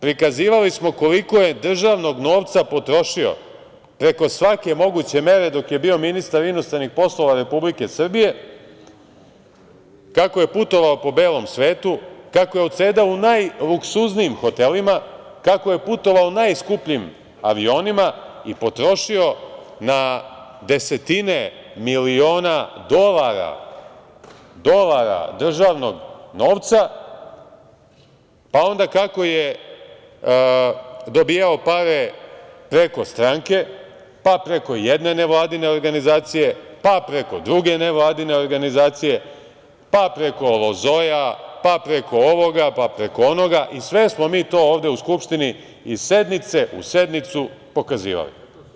Prikazivali smo koliko je državnog novca potrošio preko svake moguće mere dok je bio ministar inostranih poslova Republike Srbije, kako je putovao po belom svetu, kako je odsedao u najluksuznijim hotelima, kako je putovao najskupljim avionima i potrošio na desetine miliona dolara državnog novca, pa onda kako je dobijao pare preko stranke, pa preko jedne nevladine organizacije, pa preko druge nevladine organizacije, pa preko Lozoja, pa preko ovoga, pa preko onoga i sve smo to ovde u Skupštini iz sednice u sednicu pokazivali.